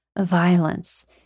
violence